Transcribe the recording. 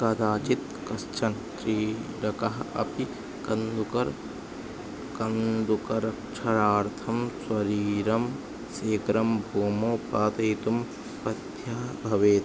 कदाचित् कश्चन क्रीडकः अपि कन्दुकं कन्दुकरक्षणार्थं स्वशरीरं शीघ्रं भूमौ पातयितुं बाध्यः भवेत्